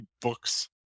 books